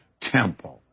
temple